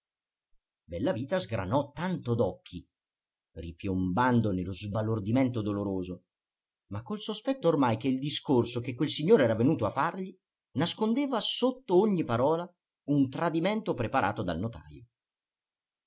a napoli bellavita sgranò tanto d'occhi ripiombando nello sbalordimento doloroso ma col sospetto ormai che il discorso che quel signore era venuto a fargli nascondeva sotto ogni parola un tradimento preparato dal notajo